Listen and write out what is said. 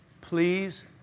Please